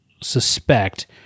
suspect